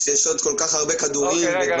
יש עוד כל כך הרבה כדורים --- אנחנו